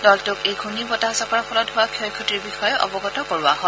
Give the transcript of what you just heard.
দলটোক এই ঘূৰ্ণীবতাহজাকৰ ফলত হোৱা ক্ষয়ক্ষতিৰ বিষয়ে অৱগত কৰা হয়